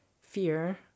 fear